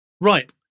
Right